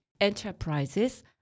Enterprises